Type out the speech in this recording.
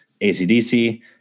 ACDC